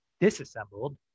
disassembled